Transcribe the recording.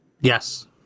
Yes